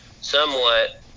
somewhat